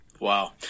wow